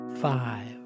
Five